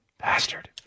Bastard